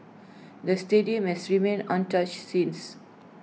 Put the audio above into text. the stadium has remained untouched since